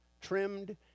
trimmed